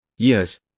Yes